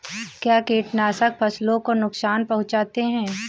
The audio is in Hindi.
क्या कीटनाशक फसलों को नुकसान पहुँचाते हैं?